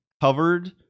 covered